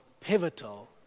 pivotal